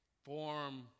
Form